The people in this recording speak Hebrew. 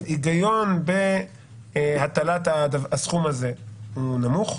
שההיגיון בהטלת הסכום הזה הוא נמוך.